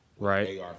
Right